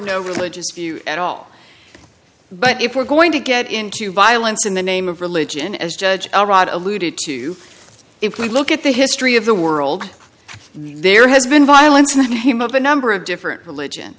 no religious view at all but if we're going to get into violence in the name of religion as judge alluded to if we look at the history of the world there has been violence in the name of a number of different religion